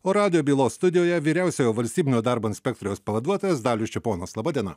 o radijo bylos studijoje vyriausiojo valstybinio darbo inspektoriaus pavaduotojas dalius čeponas laba diena